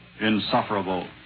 insufferable